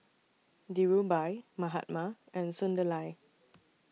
Dhirubhai Mahatma and Sunderlal